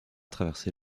traverser